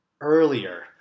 earlier